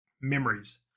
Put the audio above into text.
memories